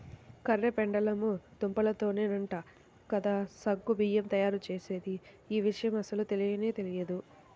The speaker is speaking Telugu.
కర్ర పెండలము దుంపతోనేనంట కదా సగ్గు బియ్యం తయ్యారుజేసేది, యీ విషయం అస్సలు తెలియనే తెలియదు